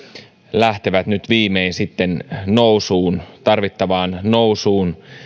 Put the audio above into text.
lähtevät nyt viimein nousuun tarvittavaan nousuun